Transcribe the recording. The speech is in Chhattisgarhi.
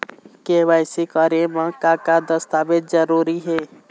के.वाई.सी करे म का का दस्तावेज जरूरी हे?